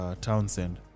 Townsend